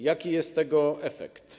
Jaki jest tego efekt?